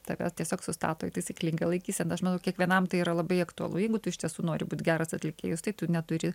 tave tiesiog sustato į taisyklingą laikyseną aš manau kiekvienam tai yra labai aktualu jeigu tu iš tiesų nori būt geras atlikėjus tai tu neturi